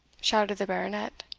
shouted the baronet.